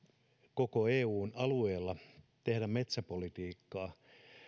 koko eun alueella tehdä metsäpolitiikkaa